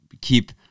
keep